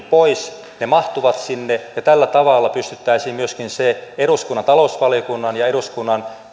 pois ne mahtuvat sinne tällä tavalla pystyttäisiin myöskin se eduskunnan talousvaliokunnan ja eduskunnan